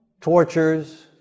tortures